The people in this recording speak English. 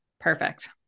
Perfect